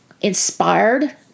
inspired